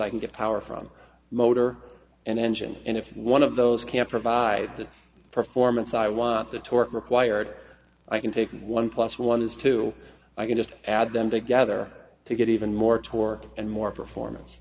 i can get power from motor and engine and if one of those can provide the performance i want the torque required i can take one plus one is two i can just add them together to get even more torque and more performance